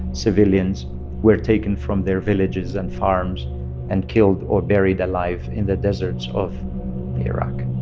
civilians were taken from their villages and farms and killed or buried alive in the deserts of iraq.